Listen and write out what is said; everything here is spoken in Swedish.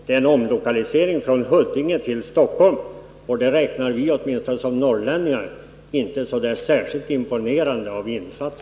Det är en omlokalisering från Huddinge till Stockholm, och det räknar åtminstone vi norrlänningar inte som en särskilt imponerande insats.